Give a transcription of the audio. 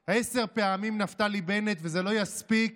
נפתלי בנט, עשר פעמים נפתלי בנט, וזה לא יספיק